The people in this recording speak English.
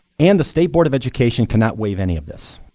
and the state board of education cannot waive any of this.